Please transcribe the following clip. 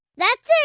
that's it.